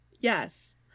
yes